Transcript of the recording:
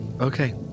Okay